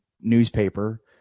newspaper